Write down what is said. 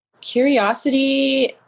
Curiosity